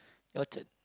Orchard